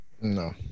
No